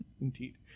Indeed